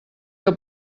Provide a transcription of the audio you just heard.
que